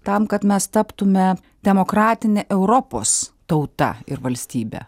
tam kad mes taptume demokratine europos tauta ir valstybe